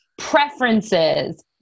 preferences